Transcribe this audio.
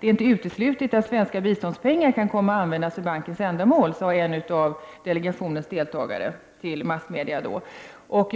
är inte uteslutet att svenska biståndspengar kan komma att användas för bankens ändamål, sade en av delegationens deltagare i massmedia i januari.